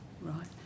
Right